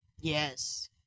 Yes